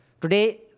today